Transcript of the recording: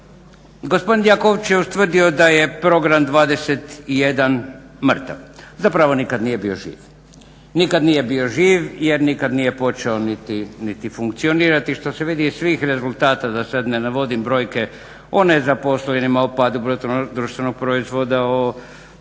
Gospodin Jakovčić je ustvrdio da je Program 21 mrtav, zapravo nikad nije bio živ. Nikad nije bio živ jer nikad nije počeo niti funkcionirati što se vidi iz svih rezultata da sada ne navodim brojke o nezaposlenima, o padu BDP-a o siromaštvu,